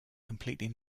completely